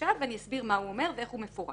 עכשיו ואני אסביר מה הוא אומר ואיך הוא מפורש.